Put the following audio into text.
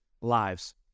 lives